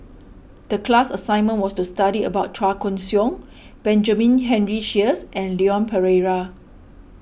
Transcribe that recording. the class assignment was to study about Chua Koon Siong Benjamin Henry Sheares and Leon Perera